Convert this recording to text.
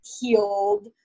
healed